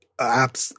apps